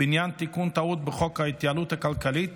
בדבר תיקון טעות בחוק ההתייעלות הכלכלית